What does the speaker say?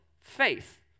faith